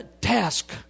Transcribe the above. task